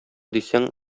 дисәң